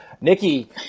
Nikki